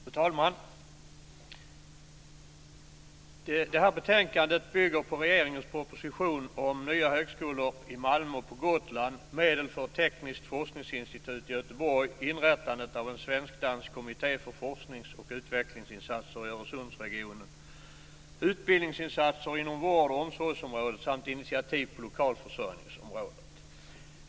Fru talman! Detta betänkande bygger på regeringens proposition om nya högskolor i Malmö och på Gotland, medel för tekniskt forskningsinstitut i Göteborg, inrättandet av en svensk-dansk kommitté för forsknings och utvecklingsinsatser i Öresundsregionen, utbildningsinsatser inom vård och omsorgsområdet samt initiativ på lokalförsörjningsområdet.